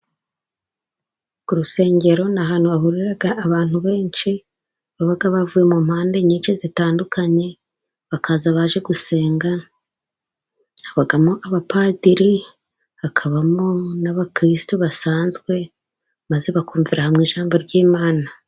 Ku rusengero ni ahantu hahurira abantu benshi, baba bavuye mu mpande nyinshi zitandukanye, bakaza baje gusenga habamo abapadiri, hakabamo n'abakirisitu basanzwe, maze bakumvira hamwe ijambo ry'Imana.